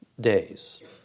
days